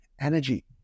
energy